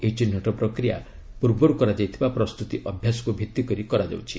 ଏହି ଚିହ୍ନଟ ପ୍ରକ୍ରିୟା ପୂର୍ବରୁ କରାଯାଇଥିବା ପ୍ରସ୍ତୁତି ଅଭ୍ୟାସକୁ ଭିତ୍ତିକରି କରାଯିବ